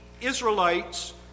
Israelites